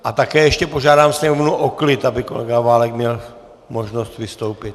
A také ještě požádám sněmovnu o klid, aby kolega Válek měl možnost vystoupit.